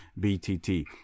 btt